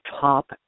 top